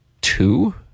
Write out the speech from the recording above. two